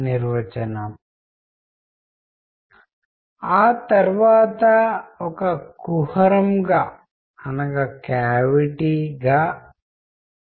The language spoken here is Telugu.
మనము ప్రతి వారం క్రమానుగతంగాపీరియాడికల్ ఏమి చేయబోతున్నామో గుర్తించడానికి ఇప్పటికే అందించబడిన రాత కోర్సు భాగాలను రిటన్ కోర్స్ కాంపోనెంట్ కూడా చూడండి